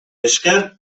esker